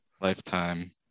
Lifetime